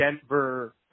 Denver